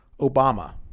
Obama